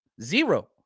Zero